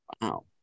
wow